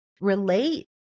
relate